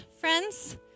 friends